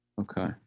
Okay